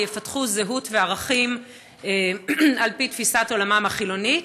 יפתחו זהות וערכים על-פי תפיסת עולמם החילונית,